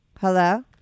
Hello